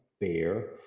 bear